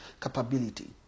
capability